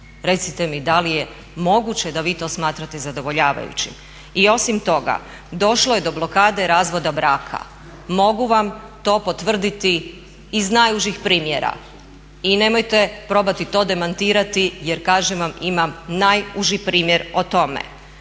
Recite mi da li je moguće da vi to smatrate zadovoljavajućim? I osim toga došlo je do blokade razvoda braka. Mogu vam to potvrditi iz najužih primjera. I nemojte probati to demantirati jer kažem vam imam najuži primjer o tome.